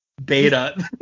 beta